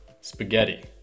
spaghetti